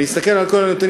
אני אסתכל על כל הנתונים,